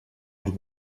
els